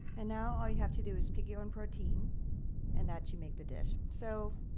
and now all you have to do is pick your own protein and that should make the dish. so,